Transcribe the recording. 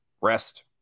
rest